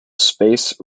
space